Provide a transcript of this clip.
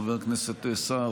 חבר הכנסת סער,